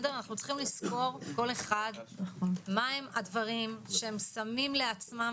אנחנו צריכים לזכור כל אחד מהם הדברים שהם שמים לעצמם,